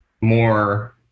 more